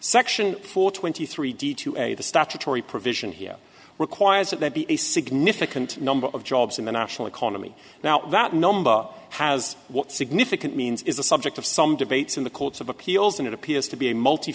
section four twenty three d to a the statutory provision here requires that there be a significant number of jobs in the national economy now that number has what significant means is a subject of some debates in the courts of appeals and it appears to be a multi